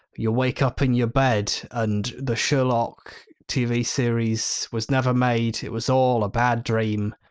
you'll wake up in your bed and the sherlock tv series was never made, it was all a bad dream.